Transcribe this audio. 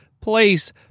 place